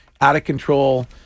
out-of-control